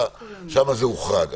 שם זה הוחרג.